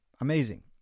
Amazing